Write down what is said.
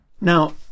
Now